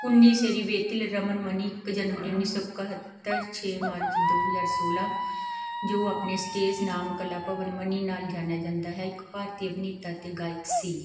ਕੁੰਨੀਸੇਰੀ ਵੇਤਿਲ ਰਮਨ ਮਣੀ ਇੱਕ ਜਨਵਰੀ ਉੱਨੀ ਸੌ ਇਕਹੱਤਰ ਛੇ ਮਾਰਚ ਦੋ ਹਜ਼ਾਰ ਸੌਲਾਂ ਜੋ ਆਪਣੇ ਸਟੇਜ ਨਾਮ ਕਲਾਭਵਨ ਮਣੀ ਨਾਲ ਜਾਣਿਆ ਜਾਂਦਾ ਹੈ ਇੱਕ ਭਾਰਤੀ ਅਭਿਨੇਤਾ ਅਤੇ ਗਾਇਕ ਸੀ